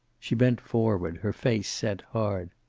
she bent forward, her face set hard.